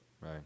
Right